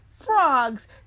Frogs